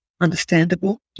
understandable